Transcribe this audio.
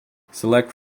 select